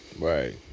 Right